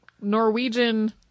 Norwegian